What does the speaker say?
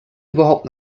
überhaupt